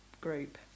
group